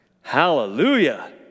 Hallelujah